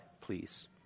please